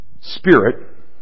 spirit